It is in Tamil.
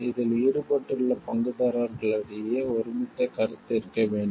இதில் ஈடுபட்டுள்ள பங்குதாரர்களிடையே ஒருமித்த கருத்து இருக்க வேண்டும்